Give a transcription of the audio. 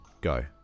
go